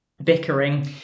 bickering